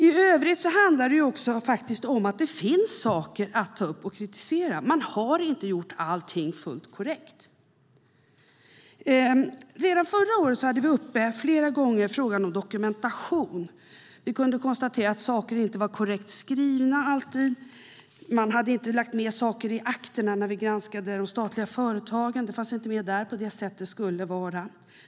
I övrigt handlar det också om att det finns saker att ta upp och kritisera. Regeringen har inte gjort allting fullt korrekt. Redan förra året hade vi flera gånger frågan om dokumentation uppe. Vi kunde konstatera att saker inte alltid var korrekt skrivna. Man hade inte lagt med saker i akterna när vi granskade de statliga företagen. Det fanns inte med där på det sätt det skulle vara.